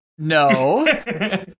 No